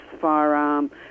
firearm